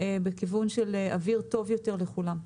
בכיוון של אוויר טוב יותר לכולם.